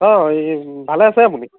অঁ এই ভালে আছে আপুনি